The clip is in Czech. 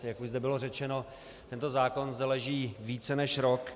Jak už bylo řečeno, tento zákon zde leží více než rok.